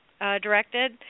directed